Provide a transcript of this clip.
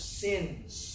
sins